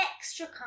extra